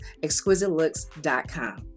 exquisitelooks.com